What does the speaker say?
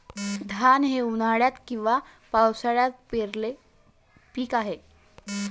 धान हे उन्हाळ्यात किंवा पावसाळ्यात पेरलेले पीक आहे